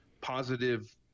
positive